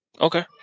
Okay